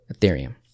Ethereum